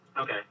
Okay